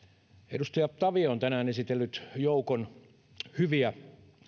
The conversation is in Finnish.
edustaja tavio on tänään esitellyt joukon hyviä